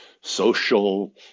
social